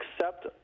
accept